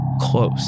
Close